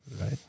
Right